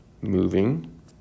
moving